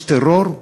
יש טרור,